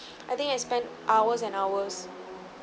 I think I spent hours and hours